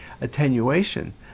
attenuation